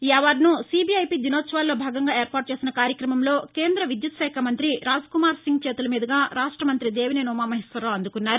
ఈ అవార్డను సీబీఐపీ దినోత్సవాల్లో భాగంగా ఏర్పాటు చేసిన కార్యక్రమంలో కేంద్రవిద్యుత్తు శాఖ మంత్రి రాజ్కుమార్ సింగ్ చేతుల మీదుగా రాష్ట మంత్రి దేవినేని ఉమామహేశ్వరరావు అందుకొన్నిరు